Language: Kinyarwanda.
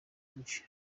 byinshi